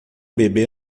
bebê